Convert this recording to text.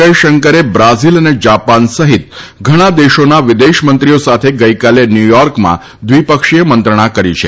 જયશંકરે બ્રાઝીલ અને જાપાન સહિત ઘણાં દેશોના વિદેશમંત્રીઓ સાથે ગઈકાલે ન્યુયોર્કમાં દ્વિપક્ષીય મંત્રણા કરી છે